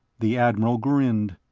the admiral grinned.